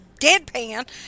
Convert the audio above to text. deadpan